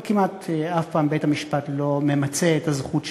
אבל כמעט אף פעם בית-המשפט לא ממצה את הזכות שלו.